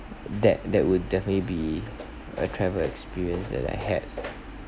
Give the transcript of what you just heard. that that would definitely be a travel experience that I had